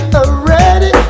already